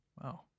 Wow